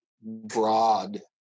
broad